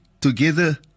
together